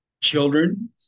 children